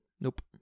nope